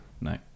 no